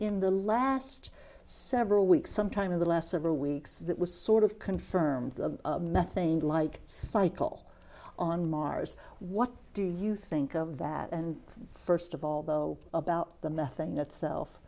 in the last several weeks sometime in the last several weeks that was sort of confirmed the methane like cycle on mars what do you think of that and first of all though about the methane itself